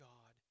God